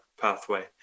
pathway